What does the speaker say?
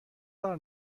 کار